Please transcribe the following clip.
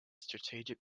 strategic